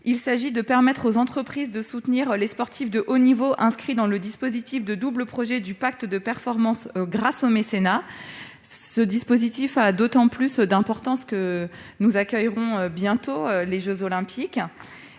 », pour permettre aux entreprises de soutenir les sportifs de haut niveau inscrits dans le dispositif de double projet du pacte de performance, grâce au mécénat. Cette mesure est d'autant plus importante que nous accueillerons bientôt les jeux Olympiques.